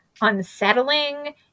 unsettling